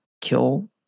kill